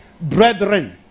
brethren